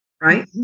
Right